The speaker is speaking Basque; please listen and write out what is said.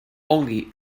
ongi